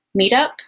meetup